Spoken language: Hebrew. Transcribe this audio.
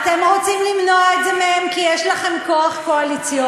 אתם רוצים למנוע את זה מהן כי יש לכם כוח קואליציוני.